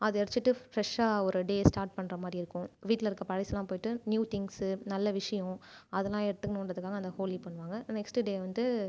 அதை எரிச்சிவிட்டு ஃப்ரெஷாக ஒரு டே ஸ்டார்ட் பண்ணுற மாதிரி இருக்கும் வீட்டில் இருக்கிற பழசயெல்லாம் போயிட்டு நியூ திங்ஸ்சு நல்ல விஷயம் அதெலாம் எடுத்துன்னு வந்துக்குனு தான் இந்த ஹோலி பண்ணுவாங்க நெஸ்ட்டு டே வந்து